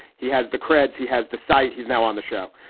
he has the creds. he has the site. he's now on the show.